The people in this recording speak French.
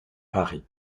paris